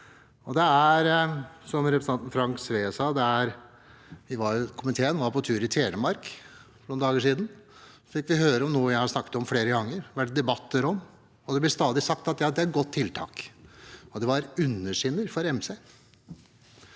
ydmykhet. Som representanten Frank Sve sa, var komiteen på tur i Telemark for noen dager siden. Da fikk vi høre om noe jeg har snakket om flere ganger, vært i debatter om, og som det stadig blir sagt at er et godt tiltak. Det er underskinner for MC.